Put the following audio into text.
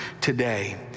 today